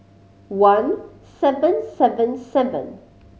one seven seven seven